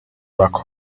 back